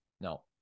No